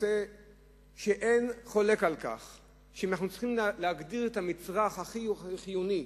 הוא שאין חולק על כך שאם אנחנו צריכים להגדיר את המצרך הכי חיוני,